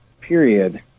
period